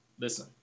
Listen